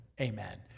amen